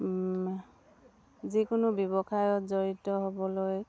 যিকোনো ব্যৱসায়ত জড়িত হ'বলৈ